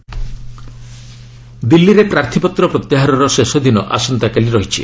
Delhi nomination ଦିଲ୍ଲୀରେ ପ୍ରାର୍ଥୀପତ୍ର ପ୍ରତ୍ୟାହାରର ଶେଷ ଦିନ ଆସନ୍ତାକାଲି ରହିଛି